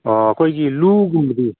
ꯑꯣ ꯑꯩꯈꯣꯏꯒꯤ ꯂꯨꯒꯨꯝꯕꯗꯤ